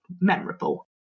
memorable